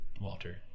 Walter